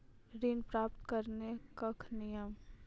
ऋण प्राप्त करने कख नियम?